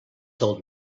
told